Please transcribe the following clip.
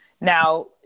Now